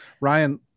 Ryan